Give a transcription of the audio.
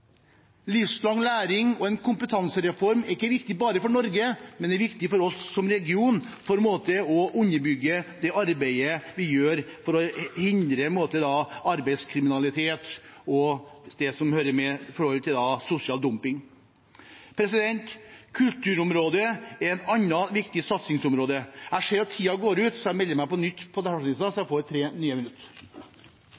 Livslang læring og en kompetansereform er ikke viktig bare for Norge, det er også viktig for oss som region for å underbygge det arbeidet vi gjør for å hindre arbeidslivskriminalitet og sosial dumping. Kulturområdet er et annet viktig satsingsområde. – Jeg ser at tiden går ut, så jeg melder meg på nytt på